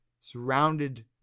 surrounded